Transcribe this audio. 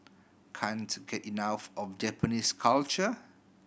can't get enough of Japanese culture